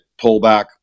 pullback